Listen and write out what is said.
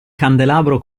candelabro